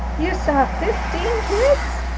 you saw fifteen kids.